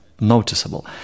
noticeable